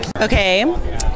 Okay